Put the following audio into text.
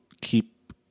keep